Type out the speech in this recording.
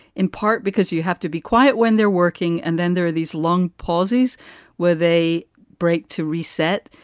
in part because you have to be quiet when they're working. and then there are these long pauses where they break to reset.